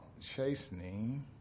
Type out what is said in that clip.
chastening